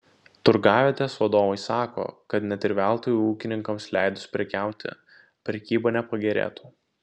turgavietės vadovai sako kad net ir veltui ūkininkams leidus prekiauti prekyba nepagerėtų